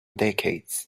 decades